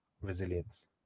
resilience